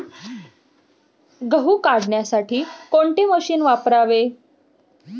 गहू काढण्यासाठी कोणते मशीन वापरावे?